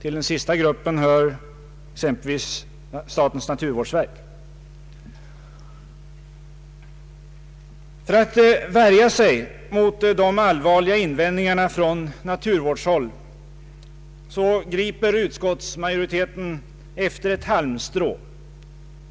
Till den sista gruppen hör exempelvis statens naturvårdsverk. För att värja sig mot de allvarliga invändningarna från naturvårdshåll griper utskottsmajoriteten efter ett halmstrå